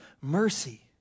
mercy